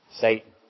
Satan